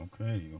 Okay